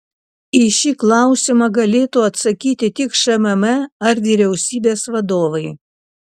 į šį klausimą galėtų atsakyti tik šmm ar vyriausybės vadovai